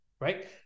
right